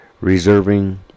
reserving